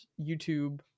YouTube